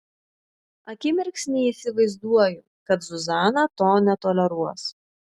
akimirksnį įsivaizduoju kad zuzana to netoleruos